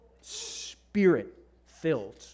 Spirit-filled